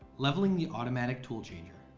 leveling the automatic tool changer.